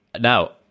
now